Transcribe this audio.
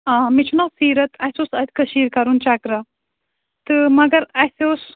آ مےٚ چھُ ناو سیٖرت اَسہِ اوس اَتہِ کٔشیٖر کَرُن چَکرا تہٕ مگر اَسہِ اوس